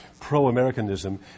pro-Americanism